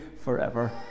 forever